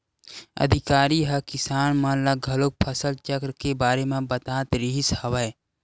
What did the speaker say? अधिकारी ह किसान मन ल घलोक फसल चक्र के बारे म बतात रिहिस हवय